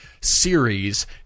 series